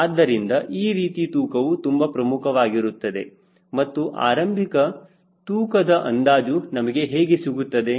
ಆದ್ದರಿಂದ ಈ ರೀತಿ ತೂಕವು ತುಂಬಾ ಪ್ರಮುಖವಾಗಿರುತ್ತದೆ ಮತ್ತು ಈ ಆರಂಭಿಕ ತೂಕದ ಅಂದಾಜು ನಮಗೆ ಹೇಗೆ ಸಿಗುತ್ತದೆ